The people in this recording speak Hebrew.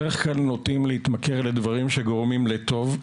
בדרך כלל נוטים להתמכר לדברים שגורמים לטוב,